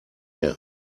air